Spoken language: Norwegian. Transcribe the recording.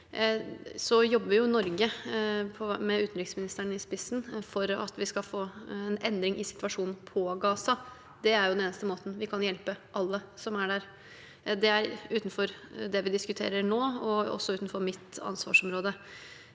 Så jobber Norge, med utenriksministeren i spissen, for at vi skal få en endring i situasjonen i Gaza. Det er den eneste måten vi kan hjelpe alle som er der, på. Det er utenfor det vi diskuterer nå, og også utenfor mitt ansvarsområde.